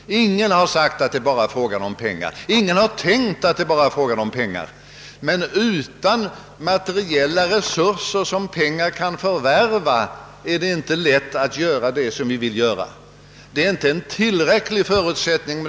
Ingen har sagt och ingen har tänkt att det bara är fråga om pengar. Men utan materiella resurser, som pengar kan förvärva, är det inte lätt att göra vad vi vill göra.